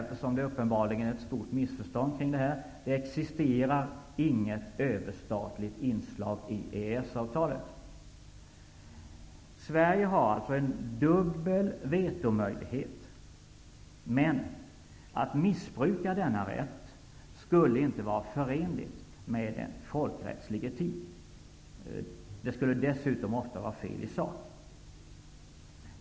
Eftersom det uppenbarligen råder ett stort missförstånd kring detta, förtjänar det påpekas att inget överstatligt inslag existerar i EES-avtalet. Sverige har alltså en dubbel vetomöjlighet, men att missbruka denna rätt skulle inte vara förenligt med en folkrättslig etik. Det skulle dessutom ofta vara fel i sak.